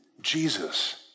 Jesus